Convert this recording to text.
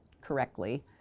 correctly